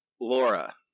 Laura